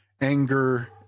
anger